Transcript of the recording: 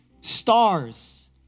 stars